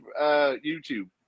YouTube